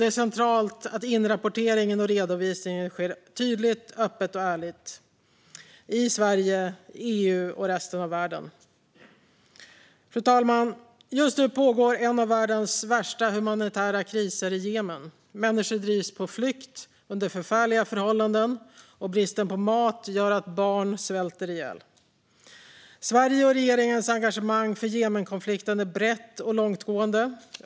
Det är centralt att inrapporteringen och redovisningen sker tydligt, öppet och ärligt i Sverige, EU och resten av världen. Fru talman! Just nu pågår en av världens värsta humanitära kriser i Jemen. Människor drivs på flykt under förfärliga förhållanden, och bristen på mat gör att barn svälter ihjäl. Sveriges och regeringens engagemang för Jemenkonflikten är brett och långtgående.